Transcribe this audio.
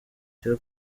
cya